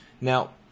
Now